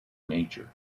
nature